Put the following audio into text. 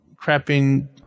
crapping